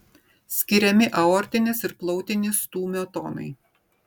skiriami aortinis ir plautinis stūmio tonai